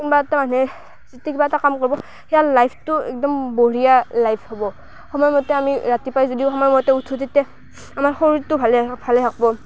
কোনোবা এটা মানে যি টি কিবা এটা কাম কৰিব সেয়াৰ লাইফটো একদম বঢ়িয়া লাইফ হ'ব সময়মতে আমি ৰাতিপুৱাই যদিও সময়মতে উঠো তেতিয়া আমাৰ শৰীৰটো ভালে ভালে থাকিব